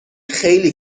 خیلی